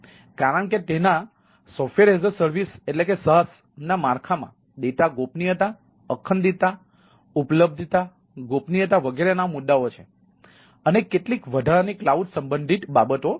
કારણ કે તેના SaaS ના માળખા માં ડેટા ગોપનીયતા અખંડિતતા ઉપલબ્ધતા ગોપનીયતા વગેરેના મુદ્દાઓ છે અને કેટલીક વધારાની કલાઉડ સંબંધિત બાબતો છે